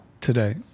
Today